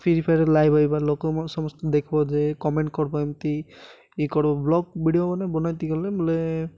free Fire live ହେବ ଲୋକ ସମସ୍ତେ ଦେଖିବ ଯେ କମେଣ୍ଟ କରିବ ଏମିତି ଇ କରିବ ବ୍ଲଗ୍ ଭିଡ଼ିଓ ମାନେ ବନାନ୍ତି କଲେ ବୋଲେ